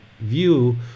view